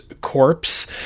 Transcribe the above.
corpse